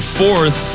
fourth